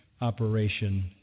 operation